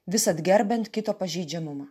visad gerbiant kito pažeidžiamumą